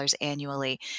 annually